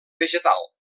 vegetal